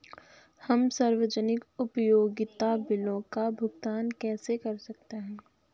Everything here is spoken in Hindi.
हम सार्वजनिक उपयोगिता बिलों का भुगतान कैसे कर सकते हैं?